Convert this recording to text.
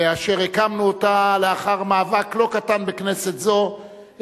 ואשר הקמנו אותה לאחר מאבק לא קטן בכנסת זאת,